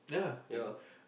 ya